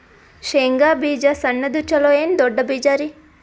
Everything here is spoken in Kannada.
ಶೇಂಗಾ ಬೀಜ ಸಣ್ಣದು ಚಲೋ ಏನ್ ದೊಡ್ಡ ಬೀಜರಿ?